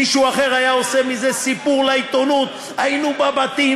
מישהו אחר היה עושה מזה סיפור לעיתונות: היינו בבתים,